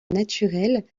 naturel